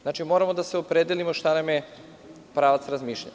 Znači, moramo da se opredelimo šta nam je pravac razmišljanja.